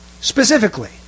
Specifically